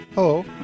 Hello